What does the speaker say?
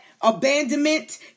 Abandonment